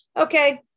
Okay